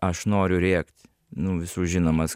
aš noriu rėkt nu visų žinomas